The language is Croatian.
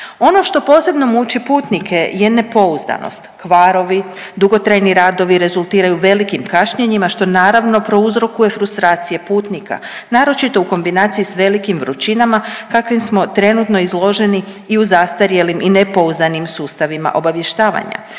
Ono što posebno muči putnike je nepouzdanost, kvarovi, dugotrajni radovi rezultiraju velikim kašnjenjima, što naravno, prouzrokuje frustracije putnika, naročito u kombinaciji s velikim vrućinama, kakvim smo trenutno izloženi i u zastarjelim i nepouzdanim sustavima obavještavanja.